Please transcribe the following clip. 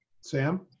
Sam